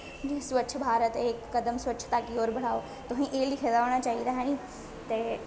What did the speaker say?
स्वचछ भारत इक कदम स्वचछता की होर बढ़ओ तुसें एह् लिखे दा होना चाहिदा ऐ नी ते